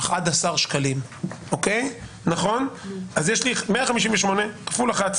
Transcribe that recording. אז יש לי 158,000 כפול 11,